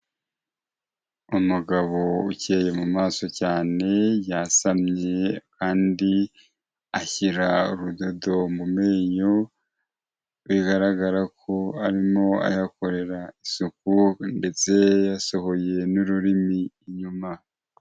Umugabo ukeye mu maso cyane, yasamye kandi ashyira urudodo mu menyo, bigaragara ko arimo ayakorera isuku ndetse yasohoye n'ururimi inyuma.